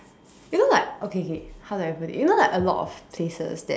you know like okay okay how do I put it you know like a lot of places that